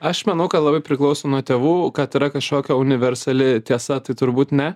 aš manau kad labai priklauso nuo tėvų kad yra kažkokia universali tiesa tai turbūt ne